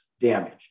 damage